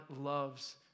loves